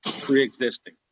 pre-existing